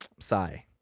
Sigh